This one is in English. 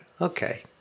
Okay